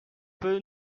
peu